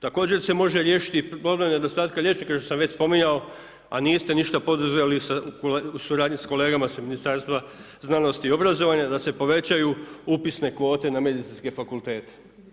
Također se može riješiti i problem nedostatka liječnika što sam već spominjao a niste ništa poduzeli u suradni sa kolegama iz Ministarstva znanosti i obrazovanja da se povećaju upisne kvote na medicinske fakultete.